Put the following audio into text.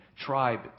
tribe